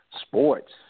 Sports